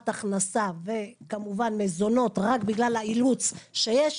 הכנסה וכמובן מזונות רק בגלל האילוץ שיש,